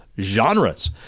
Genres